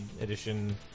edition